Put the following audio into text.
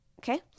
Okay